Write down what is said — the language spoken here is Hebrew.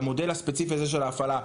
במודל הספציפי הזה של ההפעלה,